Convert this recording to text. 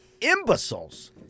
imbeciles